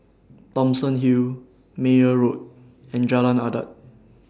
Thomson Hill Meyer Road and Jalan Adat